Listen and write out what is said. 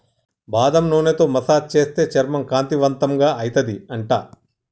బాదం నూనెతో మసాజ్ చేస్తే చర్మం కాంతివంతంగా అయితది అంట